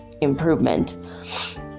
improvement